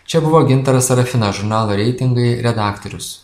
čia buvo gintaras sarafinas žurnalo reitingai redaktorius